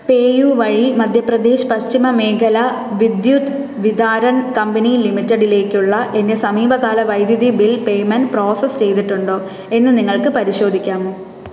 PayU വഴി മധ്യപ്രദേശ് പശ്ചിമ മേഖല Vidyut Vitaran company ലിമിറ്റഡിലേക്കുള്ള എൻ്റെ സമീപകാല വൈദ്യുതി ബിൽ പേയ്മെൻ്റ് പ്രോസസ്സ് ചെയ്തിട്ടുണ്ടോ എന്ന് നിങ്ങൾക്ക് പരിശോധിക്കാമോ